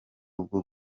rwo